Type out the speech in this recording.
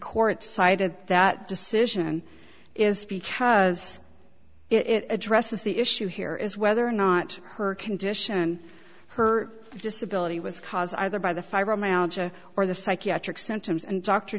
court cited that decision is because it addresses the issue here is whether or not her condition her disability was cause either by the fibromyalgia or the psychiatric symptoms and dr